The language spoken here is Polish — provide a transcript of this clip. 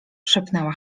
szepnęła